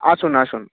আসুন আসুন